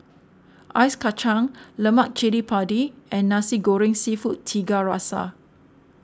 Ice Kachang Lemak Cili Padi and Nasi Goreng Seafood Tiga Rasa